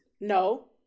No